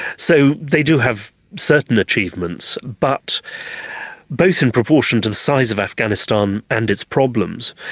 so they do have certain achievements. but both in proportion to the size of afghanistan and its problems,